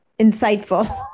insightful